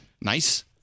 Nice